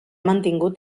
mantingut